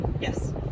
Yes